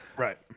Right